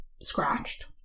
scratched